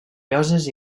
lloses